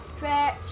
stretch